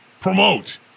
Promote